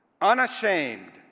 unashamed